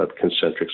concentric